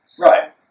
Right